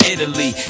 Italy